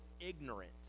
ignorant